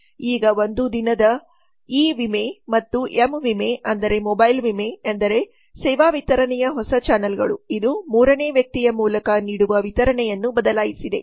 ಈಗ ಒಂದು ದಿನದ ಇ ವಿಮೆ ಮತ್ತು ಎಂ ವಿಮೆ ಅಂದರೆ ಮೊಬೈಲ್ ವಿಮೆ ಎಂದರೆ ಸೇವಾ ವಿತರಣೆಯ ಹೊಸ ಚಾನಲ್ಗಳು ಇದು ಮೂರನೇ ವ್ಯಕ್ತಿಯ ಮೂಲಕ ನೀಡುವ ವಿತರಣೆಯನ್ನು ಬದಲಾಯಿಸಿದೆ